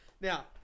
Now